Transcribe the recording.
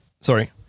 sorry